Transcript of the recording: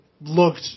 looked